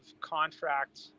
contract